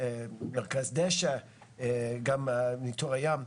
מרכז דש"א גם ניטור הים.